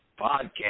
podcast